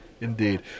Indeed